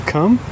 Come